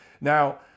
Now